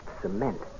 cement